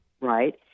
Right